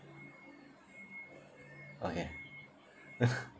okay